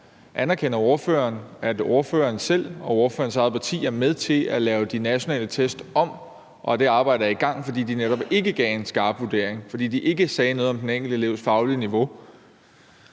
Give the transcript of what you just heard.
Anerkender ordføreren, at ordføreren selv og ordførerens eget parti er med til at lave de nationale test om, og at det arbejde er i gang, fordi de netop ikke gav en skarp vurdering – fordi de ikke sagde noget om den enkelte elevs faglige niveau?